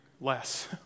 less